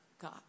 God